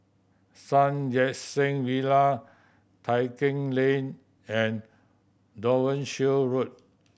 Sun Yat Sen Villa Tai Keng Lane and Devonshire Road